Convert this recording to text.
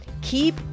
Keep